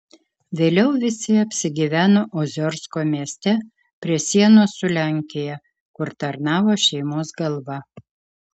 vėliau visi apsigyveno oziorsko mieste prie sienos su lenkija kur tarnavo šeimos galva